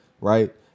Right